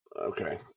okay